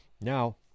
now